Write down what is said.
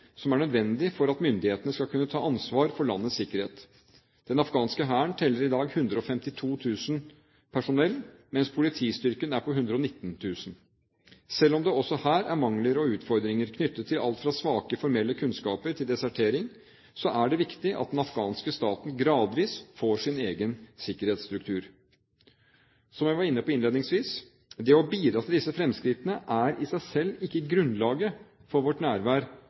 som er nødvendig for at myndighetene skal kunne ta ansvar for landets sikkerhet. Den afghanske hæren teller i dag 152 000 personell, mens politistyrken er på 119 000. Selv om det også her er mangler og utfordringer knyttet til alt fra svake formelle kunnskaper til desertering, er det viktig at den afghanske staten gradvis får sin egen sikkerhetsstruktur. Som jeg var inne på innledningsvis: Det å bidra til disse fremskrittene er i seg selv ikke grunnlaget for vårt nærvær